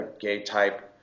gay-type